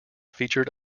featured